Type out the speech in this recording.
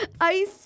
Ice